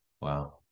Wow